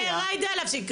בבקשה, להפסיק.